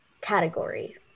category